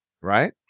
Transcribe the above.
right